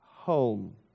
Home